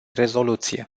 rezoluție